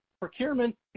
procurement